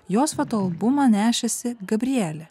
jos fotoalbumą nešėsi gabrielė